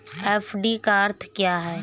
FD का अर्थ क्या है?